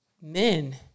men